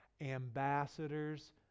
ambassadors